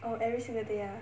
oh every single day ah